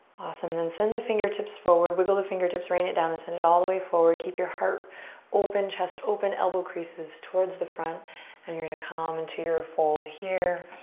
awesome. then send the fingertips forward. wiggle the fingertips, rain it down, and send it all the way forward. keep your heart open, chest open, elbow creases towards the front and you're gonna come into your fold here.